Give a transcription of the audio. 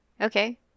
Okay